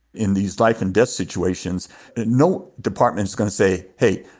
in these life-and-death situations no department's gonna say, hey,